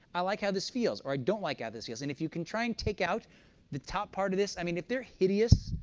i like how this feels, or i don't like how this feels. and if you can try and take out the top part of this, i mean, if they're hideous,